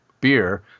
beer